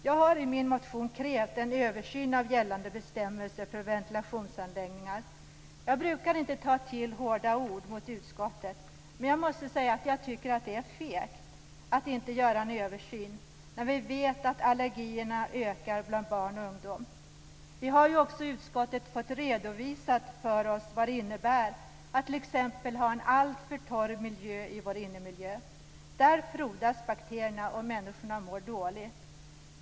Jag har i min motion krävt en översyn av gällande bestämmelser för ventilationsanläggningar. Jag brukar inte ta till hårda ord mot utskottet, men jag tycker att det är fegt att inte göra en översyn när vi vet att allergierna ökar bland barn och ungdom. Vi har också i utskottet fått redovisat för oss vad det innebär att t.ex. ha en alltför torr luft i vår innemiljö. Där frodas bakterierna, och människorna mår dåligt.